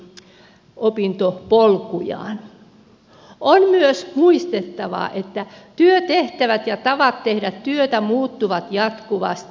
on myös muistettava että työtehtävät ja tavat tehdä työtä muuttuvat jatkuvasti